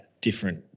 different